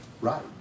right